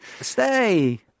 Stay